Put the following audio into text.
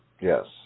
Yes